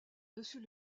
dessus